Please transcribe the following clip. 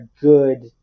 good